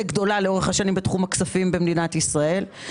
גדולה לאורך השנים בתחום הכספים במדינת ישראל,